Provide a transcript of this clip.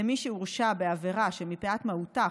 למי שהורשע בעבירה שמפאת מהותה,